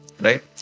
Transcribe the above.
Right